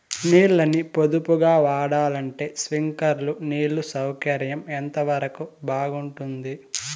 నీళ్ళ ని పొదుపుగా వాడాలంటే స్ప్రింక్లర్లు నీళ్లు సౌకర్యం ఎంతవరకు బాగుంటుంది?